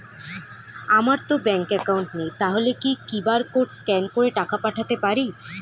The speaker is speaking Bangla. আমারতো ব্যাংক অ্যাকাউন্ট নেই তাহলে কি কি বারকোড স্ক্যান করে টাকা পাঠাতে পারি?